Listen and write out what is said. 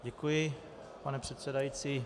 Děkuji, pane předsedající.